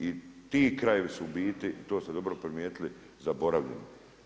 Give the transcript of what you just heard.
I ti krajevi su u biti, to ste dobro primijetili zaboravljeni.